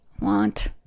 want